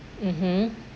mmhmm